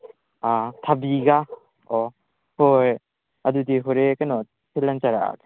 ꯊꯕꯤꯒ ꯑꯣ ꯍꯣꯏ ꯍꯣꯏ ꯑꯗꯨꯗꯤ ꯍꯣꯔꯦꯟ ꯀꯩꯅꯣ ꯊꯤꯜꯂꯟꯖꯔꯛꯑꯒꯦ